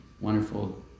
wonderful